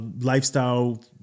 lifestyle